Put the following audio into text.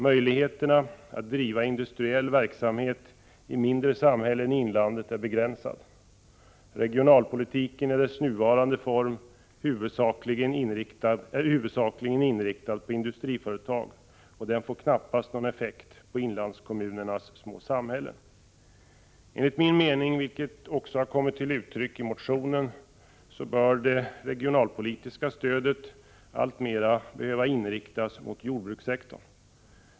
Möjligheten att driva industriell verksamhet i mindre samhällen i inlandet är begränsad. Regionalpolitiken i dess nuvarande form, huvudsakligen inriktad på industriföretag, får knappast någon effekt på inlandskommunernas små samhällen. Enligt min mening — vilken också kommit till uttryck i motionen — bör det regionalpolitiska stödet alltmer inriktas mot jordbrukssektorn.